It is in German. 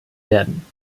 werden